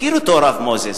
מכיר אותו הרב מוזס,